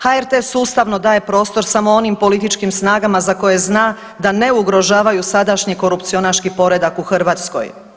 HRT sustavno daje prostor samo onim političkim snagama za koje zna da ne ugrožavaju sadašnji korupcionaški poredak u Hrvatskoj.